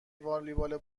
والیبال